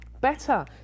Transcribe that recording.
better